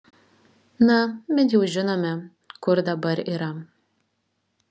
na bent jau žinome kur dabar yra